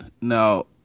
Now